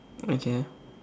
okay